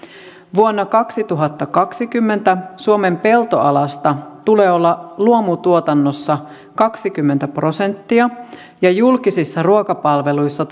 vuonna kaksituhattakaksikymmentä suomen peltoalasta tulee olla luomutuotannossa kaksikymmentä prosenttia ja julkisissa ruokapalveluissa